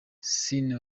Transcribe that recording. ciney